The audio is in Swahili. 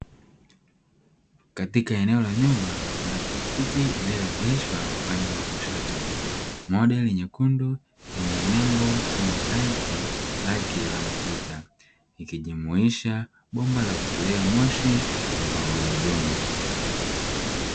Katika eneo la nyuma kuna pikipiki iliyoegeshwa upande wa kushoto, modeli nyekundu yenye nembo kwenye tanki lake la mafuta, ikijumuisha bomba la kutolea moshi na mgurudumu.